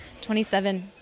$27